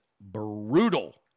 brutal